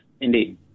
indeed